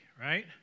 right